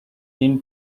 thin